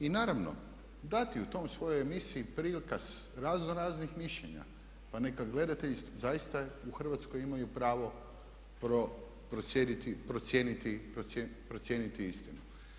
I naravno, dati u toj svojoj emisiji prikaz razno raznih mišljenja pa neka gledatelji zaista u Hrvatskoj imaju pravo procijeniti istinu.